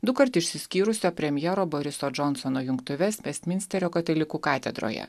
dukart išsiskyrusio premjero boriso džonsono jungtuves vestminsterio katalikų katedroje